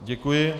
Děkuji.